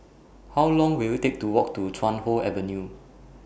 How Long Will IT Take to Walk to Chuan Hoe Avenue